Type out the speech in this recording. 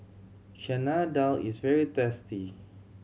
Chana Dal is very tasty